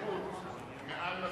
שירות מעל לדוכן,